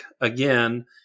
again